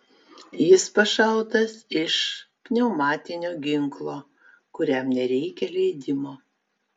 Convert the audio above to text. jis pašautas iš pneumatinio ginklo kuriam nereikia leidimo